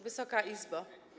Wysoka Izbo!